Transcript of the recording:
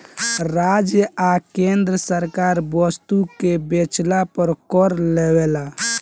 राज्य आ केंद्र सरकार वस्तु के बेचला पर कर लेवेला